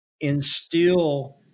instill